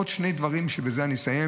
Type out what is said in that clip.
עוד שני דברים שכולנו יודעים, ובזה אסיים: